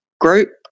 group